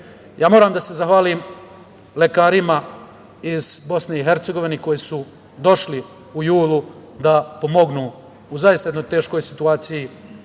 Moram da se zahvalim lekarima iz Bosne i Hercegovine koji su došli u julu da pomognu u zaista jednoj teškoj situaciji